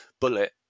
bullet